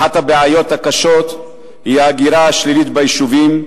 אחת הבעיות הקשות היא ההגירה השלילית ביישובים,